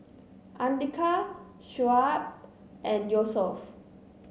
Andika Shoaib and Yusuf